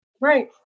Right